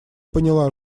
поняла